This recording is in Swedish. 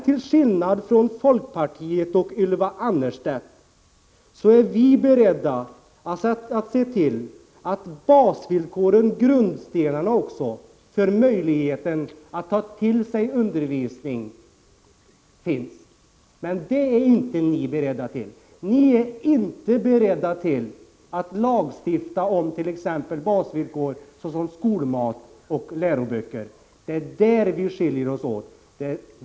Till skillnad från folkpartiet och Ylva Annerstedt är vi beredda att se till att basvillkoren, grundstenarna, för möjligheten att ta till sig undervisning finns, men det är ni inte beredda att göra. Ni är inte beredda att lagstifta om basvillkor såsom skolmat och läroböcker. Det är där vi skiljer oss åt.